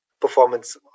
performance